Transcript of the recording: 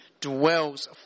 dwells